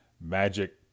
magic